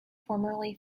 formerly